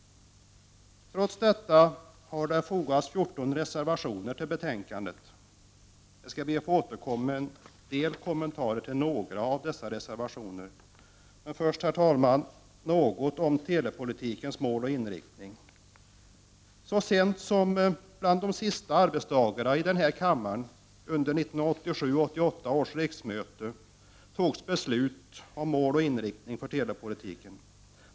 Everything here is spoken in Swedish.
Trots detta har 14 reservationer fogats till betänkandet. Jag skall be att få återkomma med kommentarer till några av dessa reservationer, men först, herr talman, några ord om telepolitikens mål och inriktning. Så sent som under de sista arbetsdagarna i denna kammare under 1987/88 års riksmöte beslöts om mål och inriktning för telepolitiken.